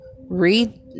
read